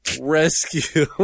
rescue